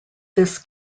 this